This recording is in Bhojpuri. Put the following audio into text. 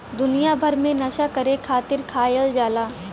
दुनिया भर मे नसा करे खातिर खायल जाला